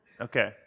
Okay